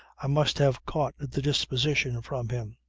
i must have caught the disposition from him.